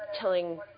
telling